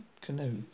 canoe